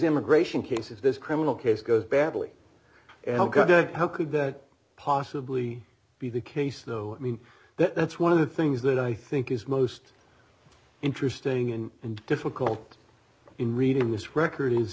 immigration cases this criminal case goes badly how could that possibly be the case though i mean that's one of the things that i think is most interesting and difficult in reading this record is